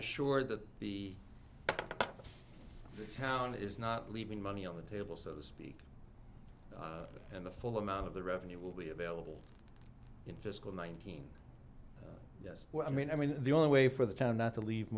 assured that the town is not leaving money on the table so to speak and the full amount of the revenue will be available in fiscal nineteen yes i mean i mean the only way for the time not to leave